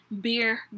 beer